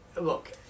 Look